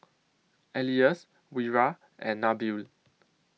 Elyas Wira and Nabil